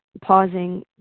pausing